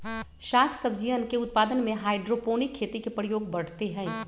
साग सब्जियन के उत्पादन में हाइड्रोपोनिक खेती के प्रयोग बढ़ते हई